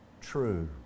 true